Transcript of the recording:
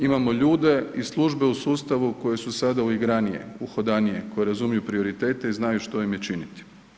Imamo ljude i službe u sustavu koje su sada uigranije, uhodanije, koje razumiju prioritete i znaju što im je činiti.